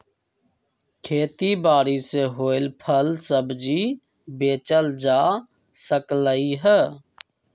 खेती बारी से होएल फल सब्जी बेचल जा सकलई ह